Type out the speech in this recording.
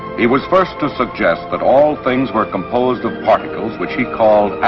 he was first to suggest that all things were composed of particles which he called